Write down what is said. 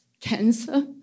cancer